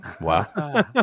Wow